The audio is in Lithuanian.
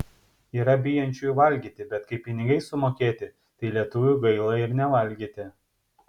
yra bijančiųjų valgyti bet kai pinigai sumokėti tai lietuviui gaila ir nevalgyti